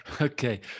okay